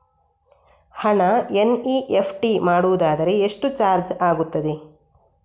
ಹಣ ಎನ್.ಇ.ಎಫ್.ಟಿ ಮಾಡುವುದಾದರೆ ಎಷ್ಟು ಚಾರ್ಜ್ ಆಗುತ್ತದೆ?